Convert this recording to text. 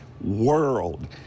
world